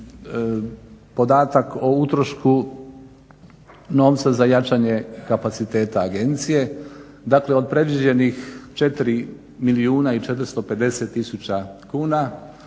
podatak o utrošku novca za jačanje kapaciteta agencije. Dakle, od predviđenih 4 450 000 kuna,